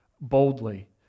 boldly